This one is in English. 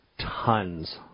tons